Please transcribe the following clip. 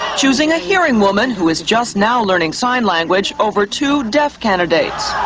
choosing a hearing woman who is just now learning sign language over two deaf candidates.